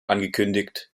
angekündigt